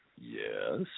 yes